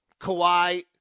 Kawhi